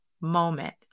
moment